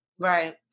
Right